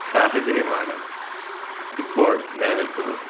സാഹചര്യമാണ് ഇപ്പോൾ നിലനിൽക്കുന്നത്